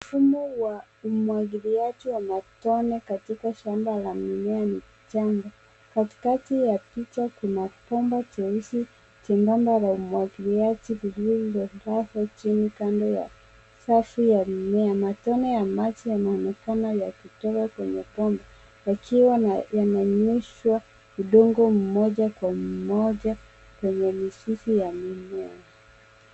Mfumo wa umwagiliaji wa matone katika shamba la mimea michanga. Katikati ya picha kuna bomba cheusi chembamba la umwagiliaji lililolala chini kando ya safu ya mimea. Matone ya maji yanaonekana yakitoka kwenye bomba, yakiwa na yananyeshwa udongo mmoja kwa mmoja kwenye mizizi ya mimea.